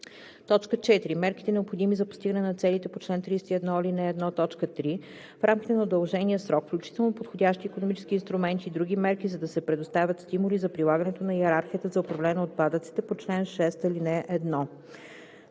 цел; 4. мерките, необходими за постигане на целите по чл. 31, ал. 1, т. 3, в рамките на удължения срок, включително подходящи икономически инструменти и други мерки, за да се предоставят стимули за прилагането на йерархията за управление на отпадъците по чл. 6, ал. 1;